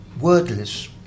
wordless